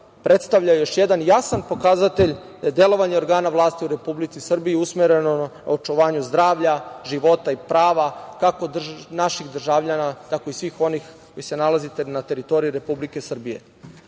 predstavlja još jedan jasan pokazatelj da je delovanje organa vlasti u Republici Srbiji usmereno na očuvanje zdravlja, života i prava, kako naših državljana, tako i svih onih koji se nalaze na teritoriji Republike Srbije.